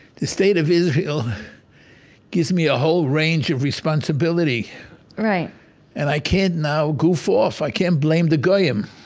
the state of israel gives me a whole range of responsibility right and i can't now goof off. i can't blame the goyim.